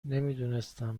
نمیدونستم